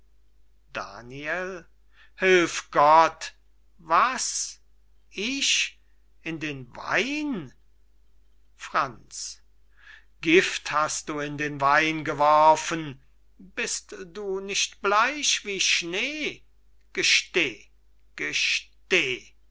daniel hilf gott was ich in den wein franz gift hast du in den wein geworfen bist du nicht bleich wie schnee gesteh gesteh